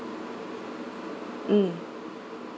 mm